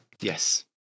Yes